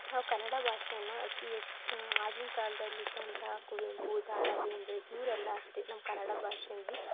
ನಾವು ಕನ್ನಡ ಭಾಷೆಯನ್ನು ಅತಿ ಹೆಚ್ಚು ಆಗಿನ ಕಾಲದಲ್ಲಿದ್ದಂಥ ಕುವೆಂಪು ದ ರಾ ಬೇಂದ್ರೆ ಇವರೆಲ್ಲ ಅಷ್ಟೆ ನಮ್ಮ ಕನ್ನಡ ಭಾಷೆಯಲ್ಲಿ